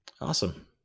Awesome